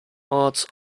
arts